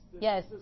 Yes